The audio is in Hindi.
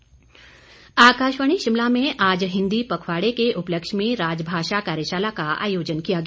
हिन्दी पखवाड़ा आकाशवाणी शिमला में आज हिन्दी पखवाड़े के उपलक्ष्य में राजभाषा कार्यशाला का आयोजन किया गया